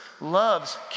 loves